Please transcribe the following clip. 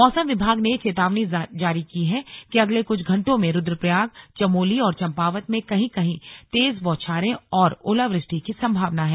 मौसम विभाग ने चेतावनी जारी की है कि अगले कुछ घंटों में रुद्रप्रयाग चमोली और चंपावत में कहीं कहीं तेज बौछारे और ओलावृष्टि की संभावना है